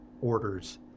orders